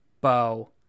Bow